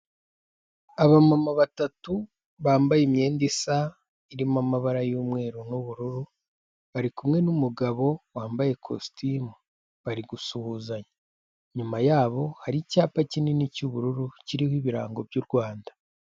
Abamama batatu, bambaye imyenda isa irimo amabara y'umweru n'ubururu, bari kumwe n'umugabo wambaye ikositimu bari gusuhuzanya, inyuma yabo hari icyapa kinini cy'ubururu kiriho ibirango by'u Rwanda.